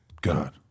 God